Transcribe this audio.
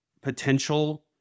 potential